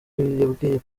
yabwiye